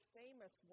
famous